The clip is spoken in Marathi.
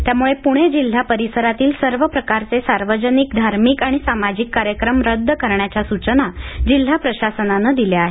त्यामुळे पुणे जिल्हा परिसरातील सर्व प्रकारचे सार्वजनिक धार्मिक आणि सामाजिक कार्यक्रम रद्द करण्याच्या सूचना जिल्हा प्रशासनानं दिल्या आहेत